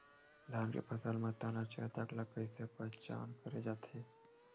धान के फसल म तना छेदक ल कइसे पहचान करे जाथे?